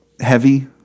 heavy